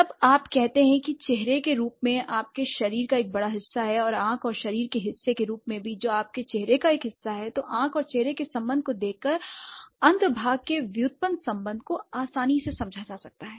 जब आप कहते हैं कि चेहरे के रूप में आपके शरीर का एक बड़ा हिस्सा है और आंख और शरीर के हिस्से के रूप में भी जो आपके चेहरे का एक हिस्सा है तो आंख और चेहरे के संबंध को देखकर अन्तर्भाग के व्युत्पन्न संबंध को आसानी से समझा जा सकता है